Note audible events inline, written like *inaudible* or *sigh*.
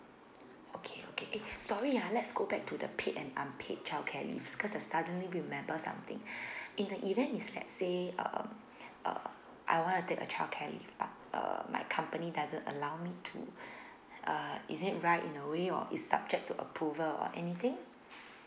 okay okay eh sorry ah let's go back to the paid and unpaid childcare leave cause I suddenly remember something *breath* in the event if let's say um *breath* uh I wanna take a childcare leave but uh my company doesn't allow me to *breath* uh is it right in a way or is subject to approval or anything